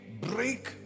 break